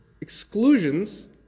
exclusions